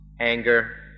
anger